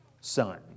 son